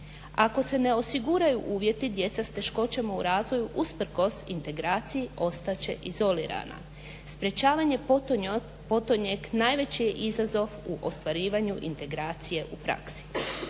Ako se ne osiguraju uvjeti djeca s teškoćama u razvoju usprkos integraciji ostat će izolirana. Sprečavanje potonjeg najveći je izazov u ostvarivanju integracije u praksi.